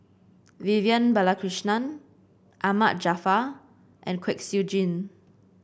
Vivian Balakrishnan Ahmad Jaafar and Kwek Siew Jin